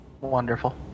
Wonderful